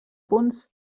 punts